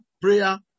prayer